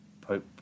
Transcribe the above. Pope